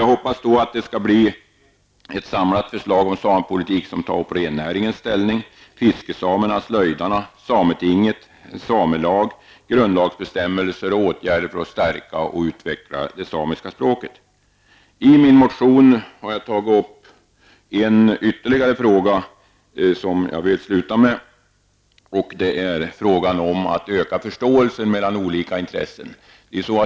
Jag hoppas att det kommer ett samlat förslag om samepolitiken som tar upp rennäringens ställning, fiskesamerna och slöjdarna, sametinget, en samelag, grundlagbestämmelser samt åtgärder för att stärka och utveckla det samiska språket. I min motion har jag tagit upp ytterligare en fråga som jag avslutningsvis vill kommentera. Det är frågan om att öka förståelsen mellan olika intressen.